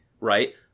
right